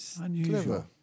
unusual